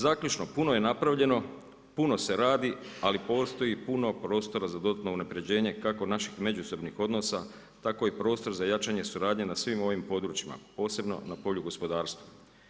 Zaključno, puno je napravljeno, puno se radi, ali postoji puno prostora za dodatno unaprjeđenje, kako naših međusobnih odnosa, tako i prostor za jačanje suradnje na svim ovim područjima, posebno na polju gospodarstva.